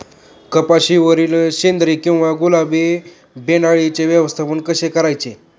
कपाशिवरील शेंदरी किंवा गुलाबी बोंडअळीचे व्यवस्थापन कसे करायचे?